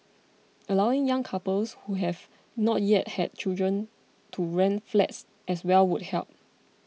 allowing young couples who have not yet had children to rent flats as well would help